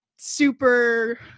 super